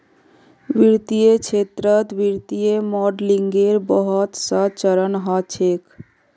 वित्तीय क्षेत्रत वित्तीय मॉडलिंगेर बहुत स चरण ह छेक